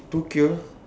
tokyo